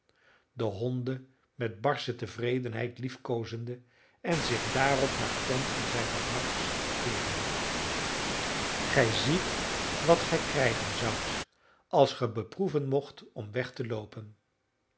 de honden met barsche tevredenheid liefkoozende en zich daarop naar tom en zijne makkers keerende gij ziet wat gij krijgen zoudt als ge beproeven mocht om weg te loopen